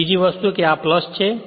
અને બીજી વસ્તુ એ કે આ છે